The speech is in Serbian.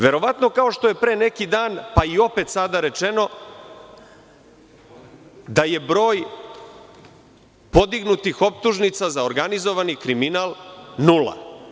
Verovatno kao što je pre neki dan, pa i opet sada rečeno da je broj podignutih optužnica za organizovani kriminal nula.